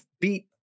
beat